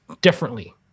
differently